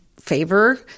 favor